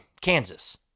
kansas